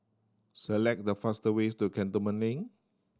select the fast ways to Cantonment Link